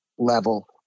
level